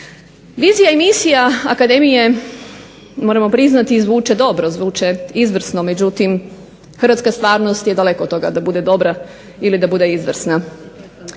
Vizija i misija akademije zvuče dobro i izvrsno, međutim, Hrvatska stvarnost je daleko od toga da bude dobra ili izvrsna.